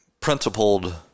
principled